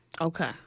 Okay